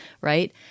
right